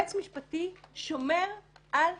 יועץ משפטי שומר על הממלכתיות,